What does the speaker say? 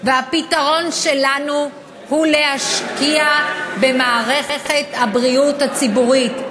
והפתרון שלנו הוא להשקיע במערכת הבריאות הציבורית.